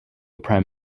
prime